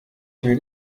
viel